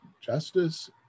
justice